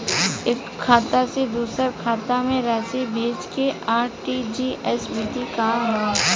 एकह खाता से दूसर खाता में राशि भेजेके आर.टी.जी.एस विधि का ह?